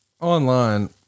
online